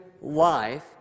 life